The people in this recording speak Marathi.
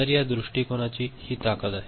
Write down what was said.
तर या दृष्टिकोनाची ही ताकद आहे